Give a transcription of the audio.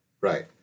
right